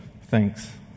Thanks